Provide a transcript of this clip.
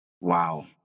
Wow